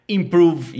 improve